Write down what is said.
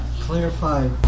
clarify